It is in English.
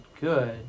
good